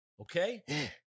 Okay